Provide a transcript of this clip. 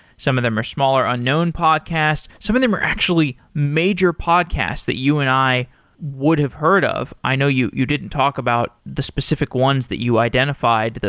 some of them are smaller unknown podcasts. some of them are actually major podcasts that you and i would have heard of. i know you you didn't talk about the specific ones that you identified,